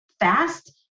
fast